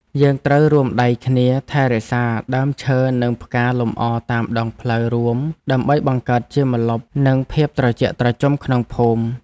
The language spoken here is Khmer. យើងត្រូវរួមដៃគ្នាថែរក្សាដើមឈើនិងផ្កាលម្អតាមដងផ្លូវរួមដើម្បីបង្កើតជាម្លប់និងភាពត្រជាក់ត្រជុំក្នុងភូមិ។